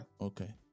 Okay